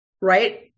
right